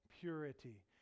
purity